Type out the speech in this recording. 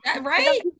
Right